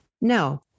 No